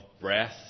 breath